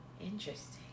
Interesting